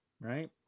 Right